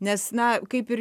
nes na kaip ir